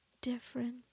different